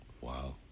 Wow